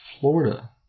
Florida